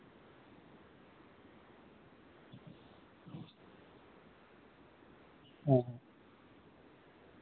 ᱦᱮᱸ